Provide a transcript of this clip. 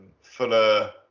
Fuller